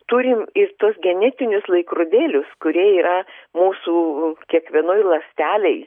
turim tuos genetinius laikrodėlius kurie yra mūsų kiekvienoj ląstelėj